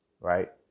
right